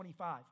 25